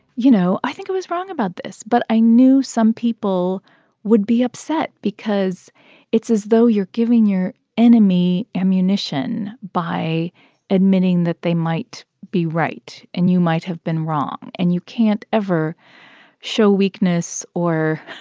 you know, i think i was wrong about this? but i knew some people would be upset because it's as though you're giving your enemy ammunition by admitting that they might be right and you might have been wrong, and you can't ever show weakness or,